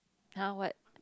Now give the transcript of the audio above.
!huh! what